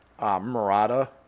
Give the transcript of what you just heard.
Murata